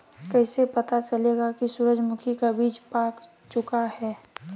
कैसे पता चलेगा की सूरजमुखी का बिज पाक चूका है?